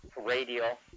radio